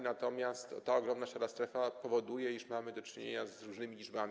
Natomiast ta ogromna szara strefa powoduje, iż mamy do czynienia z różnymi liczbami.